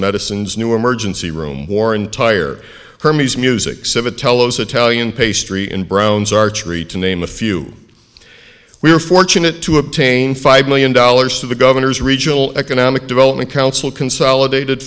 medicines new emergency room war entire hermes music seventh tell us italian pastry and browns archery to name a few we were fortunate to obtain five million dollars to the governor's regional economic development council consolidated